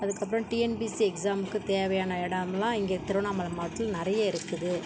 அதுக்கப்புறம் டிஎன்பிஎஸ்சி எக்ஸாமுக்குத் தேவையான இடம்லாம் இங்கே திருவண்ணாமலை மாவட்டத்தில் நிறைய இருக்குது